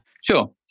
Sure